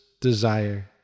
desire